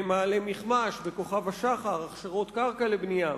במעלה-מכמש ובכוכב-השחר יש הכשרת קרקע לבנייה.